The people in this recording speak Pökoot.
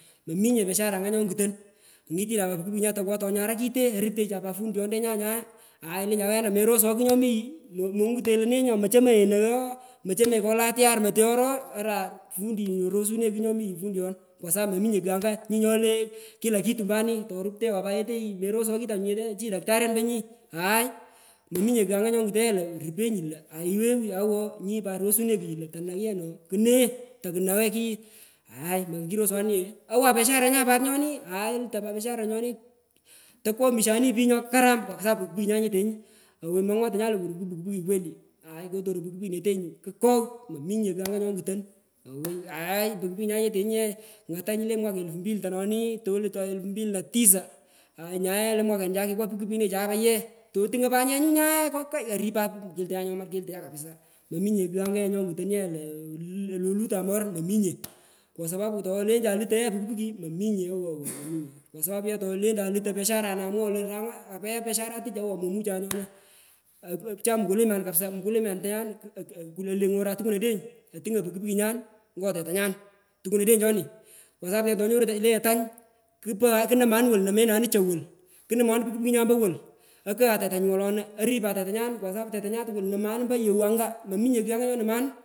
Mominye peshara anga nyo nguton ghetyinan pat puki pukinyan tokwogho tonyara kite oruptagheha pat pundiontenya nyae aai olenchan wena meroswo kugh nyomoyi lo mongutonye lo nenyu mochomoi nye nongo olan atwar metyoro alan pundi rosune kugh nyomiyi kwa saru mominye kugh anga nyi nyole kila kitu mbani nganyu koruptwewan pat yeteyi meroswo kitanyun nyete chini daktaryantenyan aai mominye kugh anga nyonguton ye lo rupenyi lo aiwenyi oloo nyi pat rosunenyi io tanagh ye no kune takunagha kuyu aai moko kiroswanunye owan peshalenya pat nyoni aai oluton pat pashare nyan nyoni tokwomisho ani pich nyokaram kapsa karam puki pukinyan nyetengu ku mongot tonyan lowur ku puki puki aai kotoron puki pukinetenyo kukogh mominye kugh ooya nyonguton owoi aai puki pukinyoni ye nyetenyu ng’ato nyini lo mwaka elfu mpili tanoni tolutan elpu mpili na tisa aai nyae le mwaka nichae kipka pukipukine chae ipo ye totungon pat nyenyu nyae kokai oripan keitonyan nyoman keltonyan kapsa mominye kugh anga ye nyongu ton ye to lo olutan morun mominye kwa sapapu tolentan lutoi ye puki puki mominye awowowo nam kugh kwa sapu tolentai ye lutoi pesharana mwoghoi lo ape agha peshara tuch awowo momuchanye nyona ochan mkulimayan kapsa ukulima tonyan onyoran tukun odeny otungon puki pukinyan ngo telanyan tukun odeny honi kwa sapu ye tonyo runyi kupo kunomanu kunomenanu cho wolu kuno mwanu puki pukinyan mpowolu akaghan tetanyu bolona oripan tetanyan kwa sapu tetanyan nomwanu tukul ompo yewu anga mominye chi anga nyonomanu.